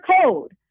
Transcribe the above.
code